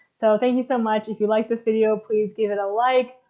so thank you so much! if you like this video please give it a like,